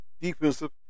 defensive